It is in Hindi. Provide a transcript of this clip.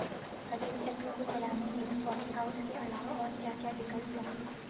फसल चक्र को चलाने हेतु पॉली हाउस के अलावा और क्या क्या विकल्प हैं?